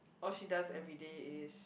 all she does everyday is